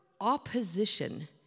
opposition